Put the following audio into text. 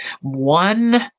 One